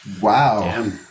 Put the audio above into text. Wow